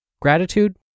Gratitude